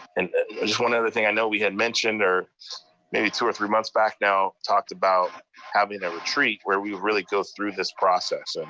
and just one other thing. i know we had mentioned, maybe two or three months back now, talked about having a retreat where we really go through this process. and